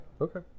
okay